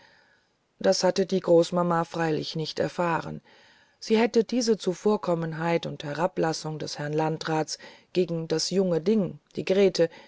das hatte die großmama freilich nicht erfahren sie hätte diese zuvorkommenheit und herablassung des herrn landrats gegen das junge ding die grete